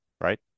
Right